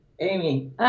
Amy